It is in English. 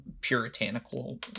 puritanical